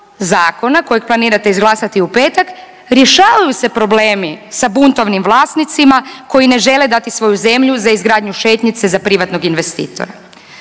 zakona kojeg planirate izglasati u petak rješavaju se problemi sa buntovnim vlasnicima koji ne žele dati svoju zemlju za izgradnju šetnice za privatnog investitora.